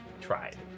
tried